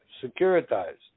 securitized